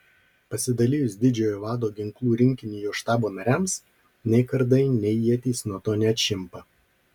pasidalijus didžiojo vado ginklų rinkinį jo štabo nariams nei kardai nei ietys nuo to neatšimpa